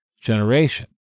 generation